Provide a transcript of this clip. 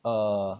uh